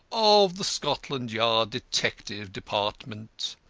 of the scotland yard detective department,